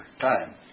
time